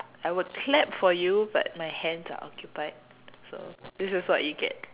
I would clap for you but my hands are occupied so this is what you get